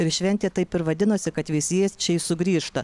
ir šventė taip ir vadinosi kad veisiejiečiai sugrįžta